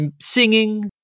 singing